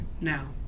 now